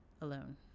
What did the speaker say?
alone